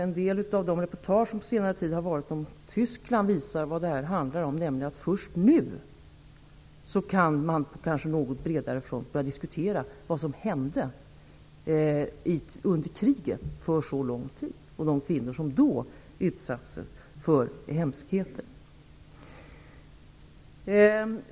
En del av reportagen från Tyskland under senare tid visar vad det här handlar om, att man först nu på något bredare front kan börja diskutera vad som hände under kriget under så lång tid med de kvinnor som utsattes för hemskheter.